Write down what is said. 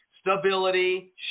stability